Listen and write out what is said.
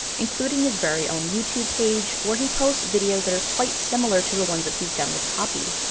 including his very own youtube page where he posts videos that are quite similar to the ones that he's done with poppy.